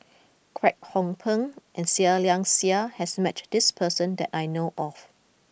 Kwek Hong Png and Seah Liang Seah has met this person that I know of